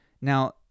Now